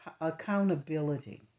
accountability